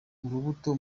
urubuto